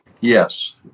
Yes